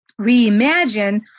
reimagine